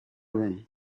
room